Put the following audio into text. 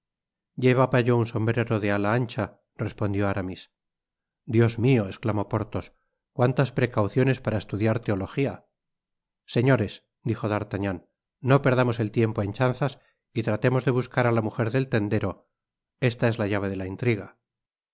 llevaba yo un sombrero de ala ancha respondió aramis dios mio esclamó porthos cuantas precauciones para estudiar teologia señores dijo d'artagnan no perdamos el tiempo en chanzas y tratemos de buscar á la mujer del tendero esta es la llave de la intriga